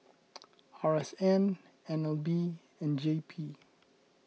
R S N N L B and J P